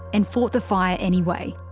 and fought the fire anyway.